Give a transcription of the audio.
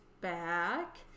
back